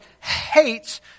hates